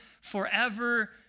forever